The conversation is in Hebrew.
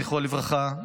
זכרו לברכה,